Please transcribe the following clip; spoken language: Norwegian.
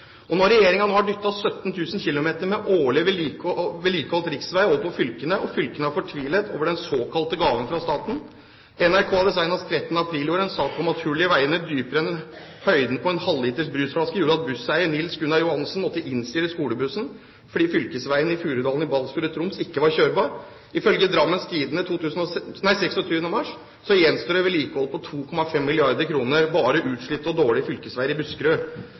Nå har regjeringen dyttet 17 000 km dårlig vedlikeholdt riksvei over på fylkene, og fylkene er fortvilet over den såkalte gaven fra staten. NRK hadde senest den 13. april i år en sak om at hullene i veiene er dypere enn høyden på en halvliters brusflaske. Det gjorde at busseier Nils Gunnar Johansen måtte innstille skolebussen fordi fylkesveien i Furudalen i Balsfjord i Troms ikke var kjørbar. Ifølge Drammens Tidende 26. mars gjenstår det vedlikehold for 2,5 mrd. kr på utslitte og dårlige fylkesveier bare i Buskerud.